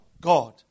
God